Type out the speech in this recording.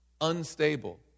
unstable